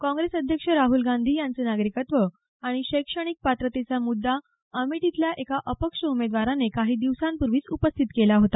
काँग्रेस अध्यक्ष राहुल गांधी यांचं नागरिकत्व आणि शैक्षणिक पात्रतेचा मृद्दा अमेठीतल्या एका अपक्ष उमेदवाराने काही दिवसांपूर्वींच उपस्थित केला होता